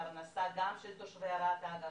פרנסה גם של תושבי ערד אגב,